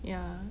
ya